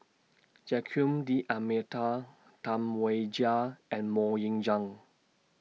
Joaquim D'almeida Tam Wai Jia and Mok Ying Jang